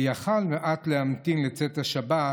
הוא יכול היה להמתין מעט לצאת השבת.